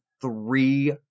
three